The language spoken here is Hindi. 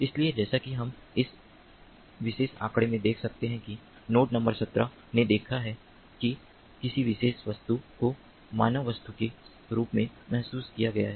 इसलिए जैसा कि हम इस विशेष आंकड़े में देख सकते हैं कि नोड नंबर 17 ने देखा है कि किसी विशेष वस्तु को मानव वस्तु के रूप में महसूस किया गया है